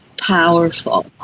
Powerful